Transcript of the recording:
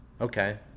Okay